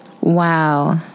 Wow